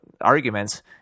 arguments